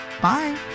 Bye